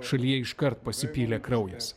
šalyje iškart pasipylė kraujas